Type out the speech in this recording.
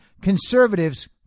conservatives